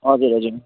हजुर हजुर